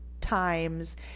times